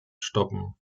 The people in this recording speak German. stoppen